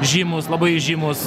žymūs labai įžymūs